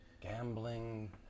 Gambling